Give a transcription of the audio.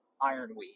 ironweed